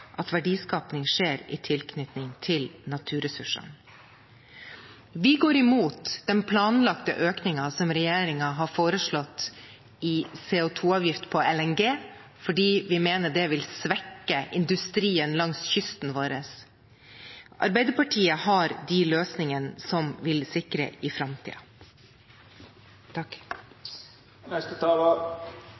at verdiskapning skjer i tilknytning til naturressursene. Vi går imot den planlagte økningen som regjeringen har foreslått i CO 2 -avgift på LNG, fordi vi mener det vil svekke industrien langs kysten vår. Arbeiderpartiet har de løsningene som vil sikre oss i